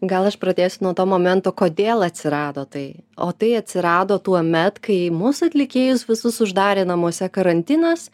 gal aš pradėsiu nuo to momento kodėl atsirado tai o tai atsirado tuomet kai mus atlikėjus visus uždarė namuose karantinas